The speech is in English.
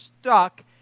stuck